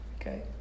Okay